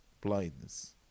blindness